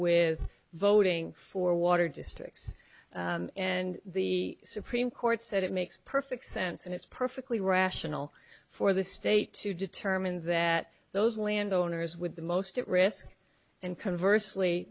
with voting for water districts and the supreme court said it makes perfect sense and it's perfectly rational for the state to determine that those landowners with the most at risk and converse